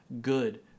good